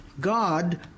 God